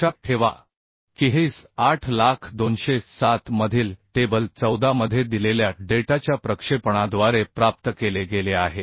लक्षात ठेवा की हे IS 8002007 मधील टेबल 14 मध्ये दिलेल्या डेटाच्या प्रक्षेपणाद्वारे प्राप्त केले गेले आहे